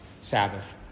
Sabbath